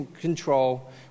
control